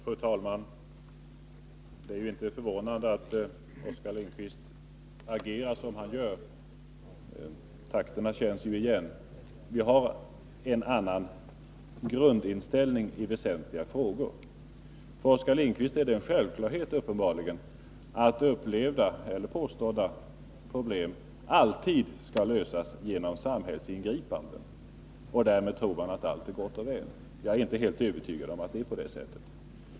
Fru talman! Det är inte förvånande att Oskar Lindkvist agerar som han Fredagen den gör. Takterna känns igen. Vi har en annan grundinställning i väsentliga — 25 mars 1983 frågor. För Oskar Lindkvist är det uppenbarligen en självklarhet att upplevda eller påstådda problem alltid skall lösas genom samhällsingripanden, därmed tror han att allt är gott och väl. Jag är inte helt övertygad om att det är på det sättet.